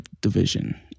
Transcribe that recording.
division